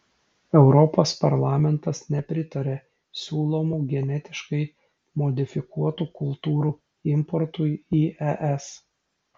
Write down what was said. europos parlamentas nepritaria siūlomų genetiškai modifikuotų kultūrų importui į es